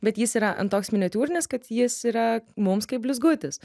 bet jis yra toks miniatiūrinis kad jis yra mums kaip blizgutis